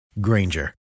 Granger